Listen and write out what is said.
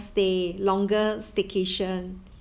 stay longer staycation